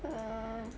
err